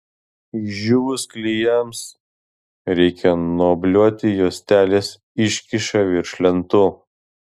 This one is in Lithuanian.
išdžiūvus klijams reikia nuobliuoti juostelės iškyšą virš lentų